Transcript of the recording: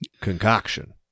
concoction